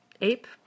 ape